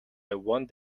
one